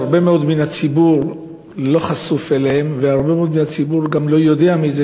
שהרבה מאוד מהציבור לא חשוף אליה והרבה מאוד מהציבור גם לא יודע על זה,